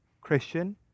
Christian